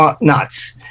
nuts